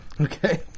Okay